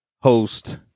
host